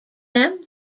them